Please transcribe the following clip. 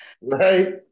Right